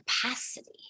capacity